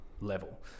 level